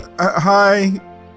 Hi